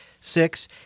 Six